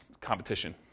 competition